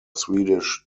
swedish